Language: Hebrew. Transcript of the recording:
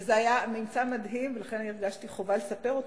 זה היה ממצא מדהים ולכן מצאתי חובה לספר אותו,